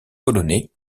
polonais